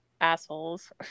assholes